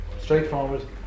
straightforward